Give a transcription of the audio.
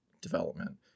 development